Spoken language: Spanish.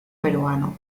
peruano